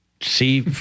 see